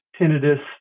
tinnitus